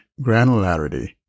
granularity